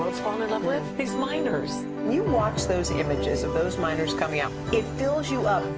fallen in love with? these miners, you watch those images of those miners coming up, it fills you up.